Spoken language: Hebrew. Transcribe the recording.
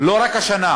לא רק השנה.